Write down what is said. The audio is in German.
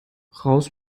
raus